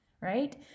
Right